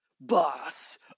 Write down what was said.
Boss